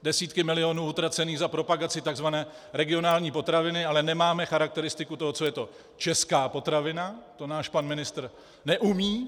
Desítky milionů utracených za propagaci tzv. regionální potraviny, ale nemáme charakteristiku toho, co je to česká potravina, to náš pan ministr neumí.